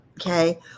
Okay